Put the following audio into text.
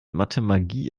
mathemagie